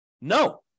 No